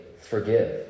forgive